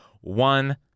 one